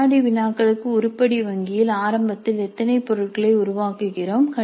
வினாடி வினாக்களுக்கு உருப்படி வங்கியில் ஆரம்பத்தில் எத்தனை பொருட்களை உருவாக்குகிறோம்